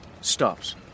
stops